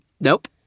Nope